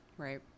Right